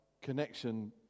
connection